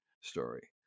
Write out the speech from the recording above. story